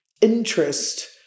interest